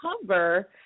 cover